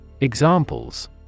Examples